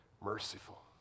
merciful